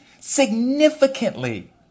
significantly